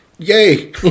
Yay